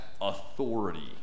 authority